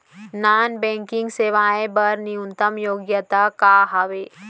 Non banking सेवाएं बर न्यूनतम योग्यता का हावे?